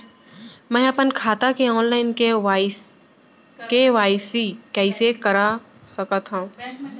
मैं अपन खाता के ऑनलाइन के.वाई.सी कइसे करा सकत हव?